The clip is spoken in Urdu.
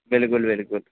بالکل بالکل